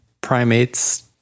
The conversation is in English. primates